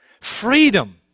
Freedom